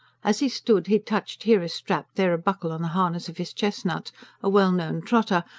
as he stood, he touched here a strap, there a buckle on the harness of his chestnut a well-known trotter,